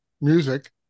music